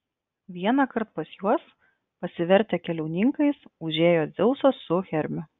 vienąkart pas juos pasivertę keliauninkais užėjo dzeusas su hermiu